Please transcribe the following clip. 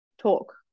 talk